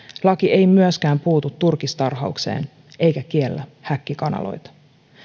laki ei myöskään puutu turkistarhaukseen eikä kiellä häkkikanaloita